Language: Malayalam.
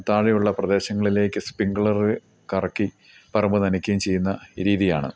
താഴെയുള്ള പ്രദേശങ്ങളിലേക്ക് സ്പ്രിംഗ്ലർ കറക്കി പറമ്പ് നനക്കുകയും ചെയ്യുന്ന രീതിയാണ്